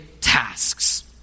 tasks